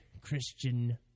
Christian